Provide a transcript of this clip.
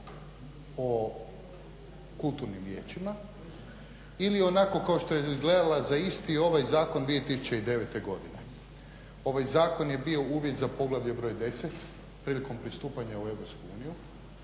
o kulturnim vijećima ili onako kao što je izgledala za isti ovaj zakon 2009. godine. Ovaj zakon je bio uvid za poglavlje br. 10 prilikom pristupanja u EU, imali